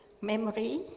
memory